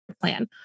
plan